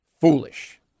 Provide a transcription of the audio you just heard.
Foolish